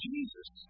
Jesus